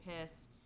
pissed